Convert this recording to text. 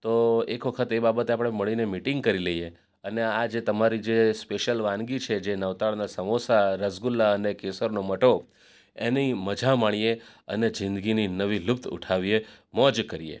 તો એક વખત એ બાબતે આપણે મળીને મિટિંગ કરી લઇએ અને આજે તમારી જે સ્પેશ્યલ વાનગી છે નવતાડનાં સમોસા રસગુલ્લા અને કેસરનો મઠો એની મજા માણીએ અને જિંદગીની નવી લુફ્ત ઉઠાવીએ મોજ કરીએ